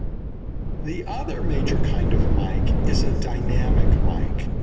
the other major kind of mic is a dynamic mic.